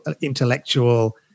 intellectual